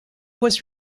was